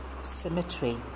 cemetery